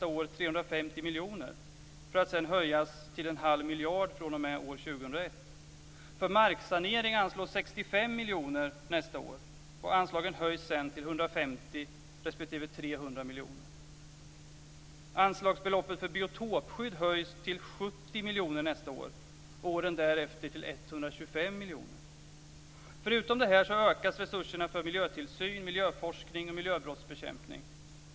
350 miljoner, för att sedan höjas till en halv miljard fr.o.m. år 2001. För marksanering anslås 65 miljoner nästa år, och anslagen höjs sedan till 150 respektive Förutom detta ökas resurserna för miljötillsyn, miljöforskning och miljöbrottsbekämpning.